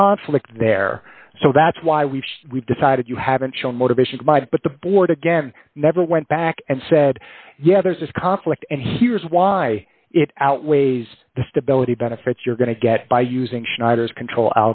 conflict there so that's why we've decided you haven't shown motivation but the board again never went back and said yeah there's this conflict and here's why it outweighs the stability benefits you're going to get by using schneider's control